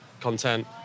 content